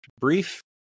brief